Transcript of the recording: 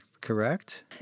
correct